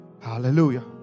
Hallelujah